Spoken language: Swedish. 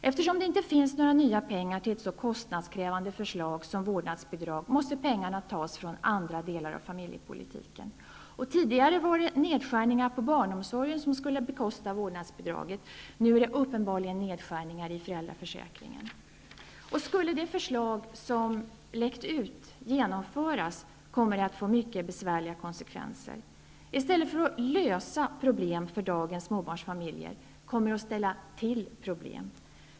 Eftersom det inte finns några nya pengar till ett så kostnadskrävande förslag som det om vårdnadsbidraget måste pengarna tas från andra delar av familjepolitiken. Tidigare var det nedskärningar inom barnomsorgen som skulle bekosta vårdnadsbidraget. Nu är det uppenbarligen fråga om nedskärningar i föräldraförsäkringen. Om det förslag som har läckt ut förverkligades, skulle det bli mycket besvärligt. I stället för att lösa problem för dagens småbarnsfamiljer skulle det ställa till med problem.